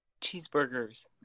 Cheeseburgers